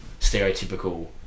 stereotypical